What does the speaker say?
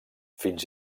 fins